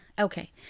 Okay